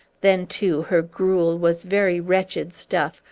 then, too, her gruel was very wretched stuff,